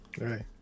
Right